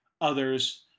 others